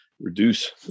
reduce